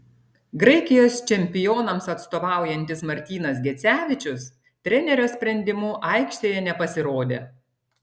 graikijos čempionams atstovaujantis martynas gecevičius trenerio sprendimu aikštėje nepasirodė